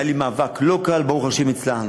היה לי מאבק לא קל, וברוך השם הצלחנו.